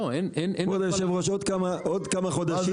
דוד,